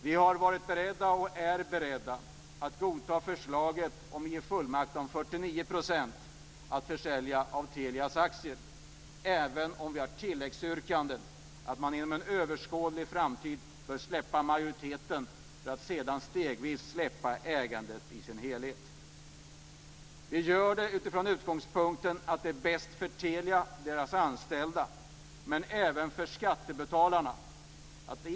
Vi har varit beredda och är beredda att godta förslaget om att ge fullmakt för försäljning av 49 % av Telias aktier, även om vi har ett tilläggsyrkande att staten inom en överskådlig framtid bör släppa majoriteten och sedan stegvis släppa ägandet i dess helhet. Det gör vi utifrån utgångspunkten att det är bäst för Telia och dess anställda men även för skattebetalarna.